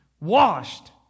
washed